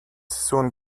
soon